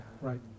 right